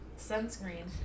sunscreen